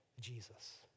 Jesus